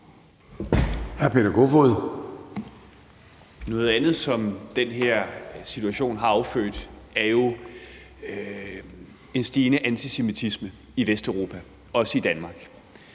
Noget andet, som den her situation har affødt, er jo en stigende antisemitisme i Vesteuropa, også i Danmark.